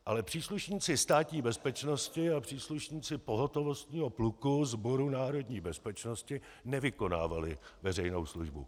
Ale příslušníci Státní bezpečnosti a příslušníci pohotovostního pluku Sboru národní bezpečnosti nevykonávali veřejnou službu.